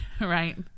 Right